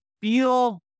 feel